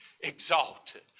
exalted